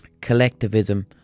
collectivism